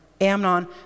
Amnon